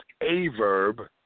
Averb